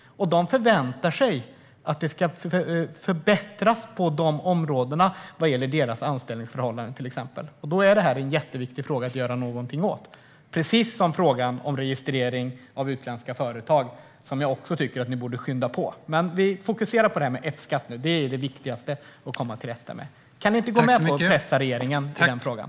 De förväntar sig att det ska förbättras på de områden som gäller deras anställningsförhållanden, till exempel. Då är detta en fråga som det är jätteviktigt att göra något åt, precis som frågan om registrering av utländska företag, som jag också tycker att ni borde skynda på. Men vi fokuserar på detta med F-skatt nu. Det är det viktigaste att komma till rätta med. Kan ni inte gå med på att pressa regeringen i den frågan?